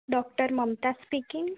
doctor Mamata speaking